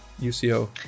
UCO